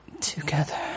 together